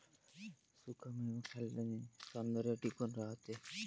सुखा मेवा खाल्ल्याने सौंदर्य टिकून राहते